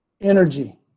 energy